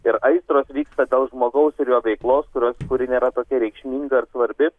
ir aistros vyksta dėl žmogaus ir jo veiklos kurios kuri nėra tokia reikšminga ir svarbi